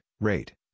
rate